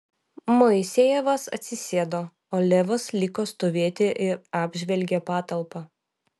moisejevas atsisėdo o levas liko stovėti ir apžvelgė patalpą